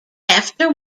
after